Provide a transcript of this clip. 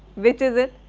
which is it?